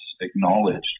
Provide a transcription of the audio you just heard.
acknowledged